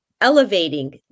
elevating